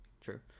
true